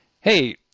hey